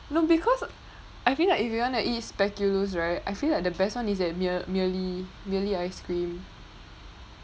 no because I feel like if you wanna eat speculoos right I feel like the best one is at mere~ merely merely ice cream